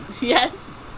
Yes